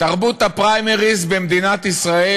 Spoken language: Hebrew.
תרבות הפריימריז במדינת ישראל,